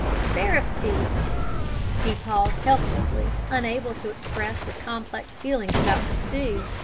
sarepty he paused helplessly, unable to express his complex feelings about the stew,